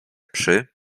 przy